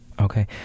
okay